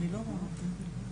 בוקר טוב לכולן.